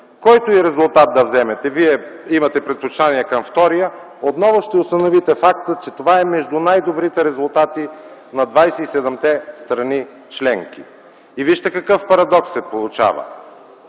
Който и резултат да вземете, вие имате предпочитания към втория, отново ще установите факта, че това е между най-добрите резултати на 27-те страни членки. Вижте какъв парадокс се получава